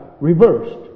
reversed